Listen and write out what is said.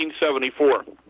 1974